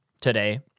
today